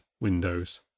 windows